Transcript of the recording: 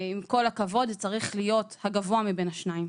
עם כל הכבוד, זה צריך להיות הגבוה מבין השניים,